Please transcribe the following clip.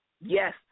Yes